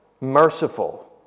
merciful